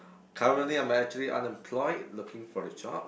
currently I am actually unemployed looking for a job